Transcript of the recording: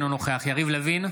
אינו נוכח יריב לוין,